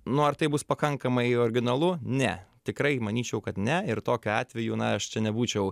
nu ar tai bus pakankamai originalu ne tikrai manyčiau kad ne ir tokiu atveju na aš čia nebūčiau